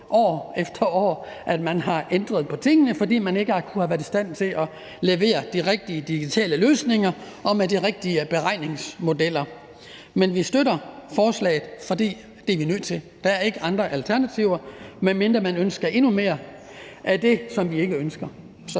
år efter år, hvor man har ændret på tingene, fordi man ikke har været i stand til at levere de rigtige digitale løsninger med de rigtige beregningsmodeller. Men vi støtter forslaget, fordi vi er nødt til det. Der er ikke andre alternativer, medmindre man ønsker endnu mere af det, som vi ikke ønsker.